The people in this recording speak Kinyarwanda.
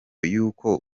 y’uko